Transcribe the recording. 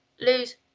lose